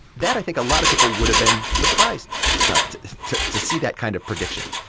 that, i think, a lot of people would have been surprised to to see that kind of prediction,